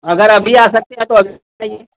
अगर अभी आ सकते हैं तो अभी